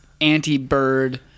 anti-bird